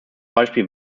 beispiel